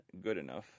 Goodenough